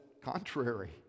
contrary